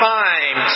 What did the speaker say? time